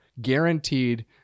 guaranteed